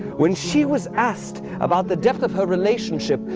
when she was asked about the depth of her relationship,